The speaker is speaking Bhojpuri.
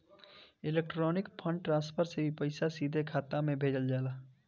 इलेक्ट्रॉनिक फंड ट्रांसफर से भी पईसा सीधा खाता में भेजल जाला